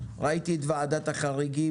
ראיתי את ועדת החריגים,